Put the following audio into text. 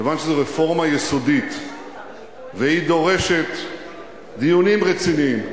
כיוון שזו רפורמה יסודית והיא דורשת דיונים רציניים,